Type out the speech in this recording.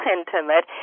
intimate